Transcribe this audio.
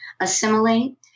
assimilate